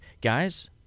guys